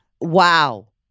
Wow